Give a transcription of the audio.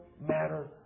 matter